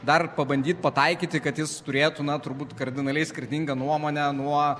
dar pabandyt pataikyti kad jis turėtų na turbūt kardinaliai skirtingą nuomonę nuo